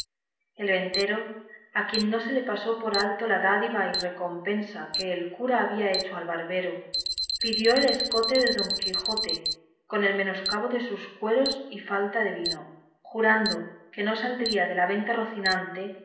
el ventero a quien no se le pasó por alto la dádiva y recompensa que el cura había hecho al barbero pidió el escote de don quijote con el menoscabo de sus cueros y falta de vino jurando que no saldría de la venta rocinante